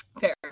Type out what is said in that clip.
Fair